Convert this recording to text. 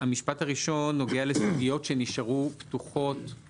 המשפט הראשון נוגע לסוגיות שנשארו פתוחות